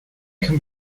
can